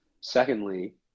Secondly